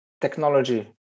technology